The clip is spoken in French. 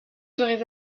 serez